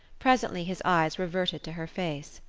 presently his eyes reverted to her face.